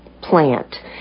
plant